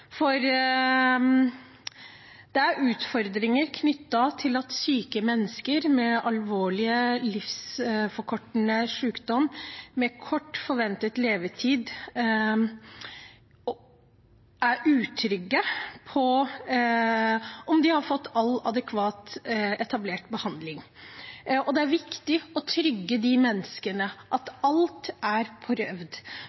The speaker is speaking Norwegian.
Det er utfordringer knyttet til at syke mennesker med alvorlig livsforkortende sykdom og kort forventet levetid er utrygge på om de har fått all adekvat etablert behandling. Det er viktig å betrygge de menneskene